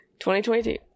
2022